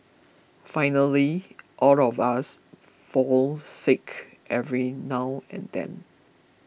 finally all of us fall sick every now and then